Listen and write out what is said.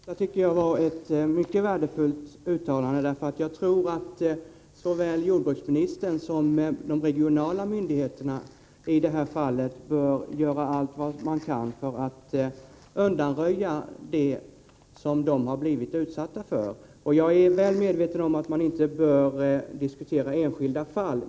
Herr talman! Det sista tycker jag var ett värdefullt uttalande. Jag tror att såväl jordbruksministern som de regionala myndigheterna i detta fall bör göra allt vad man kan för att undanröja verkningarna av det som företagaren har blivit utsatt för. Jag är väl medveten om att vi inte bör diskutera enskilda fall.